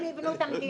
הם יבנו את המדינה.